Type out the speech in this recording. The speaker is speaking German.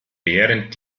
während